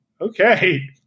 okay